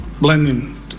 blending